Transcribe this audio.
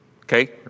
Okay